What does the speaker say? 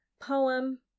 poem